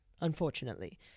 unfortunately